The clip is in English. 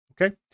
Okay